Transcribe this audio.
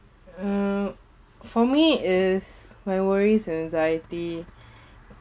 uh for me is my worries anxiety